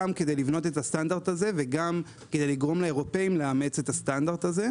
כדי לבנות את הסטנדרט הזה וגם כדי לגרום לאירופאים לאמץ את הסטנדרט הזה.